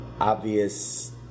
obvious